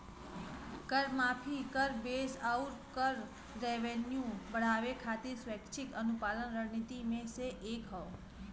कर माफी, कर बेस आउर कर रेवेन्यू बढ़ावे खातिर स्वैच्छिक अनुपालन रणनीति में से एक हौ